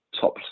top